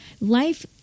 Life